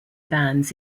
bands